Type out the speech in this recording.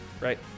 right